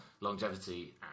Longevity